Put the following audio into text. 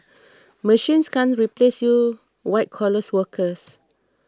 machines can't replace you white collars workers